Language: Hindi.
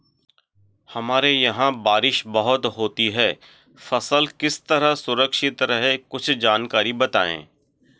हमारे यहाँ बारिश बहुत होती है फसल किस तरह सुरक्षित रहे कुछ जानकारी बताएं?